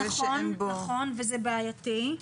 נכון וזה בעייתי.